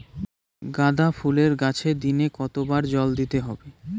গাদা ফুলের গাছে দিনে কতবার জল দিতে হবে?